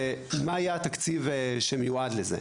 מה יהיה התקציב שמיועד לזה.